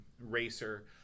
racer